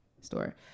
store